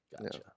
Gotcha